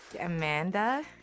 Amanda